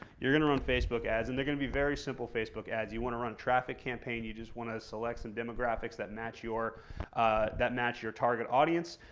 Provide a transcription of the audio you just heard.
you're going to run facebook ads and they're going to be very simple facebook ads. you want to run traffic campaign. you just want to select some demographics that match your that match your target audience,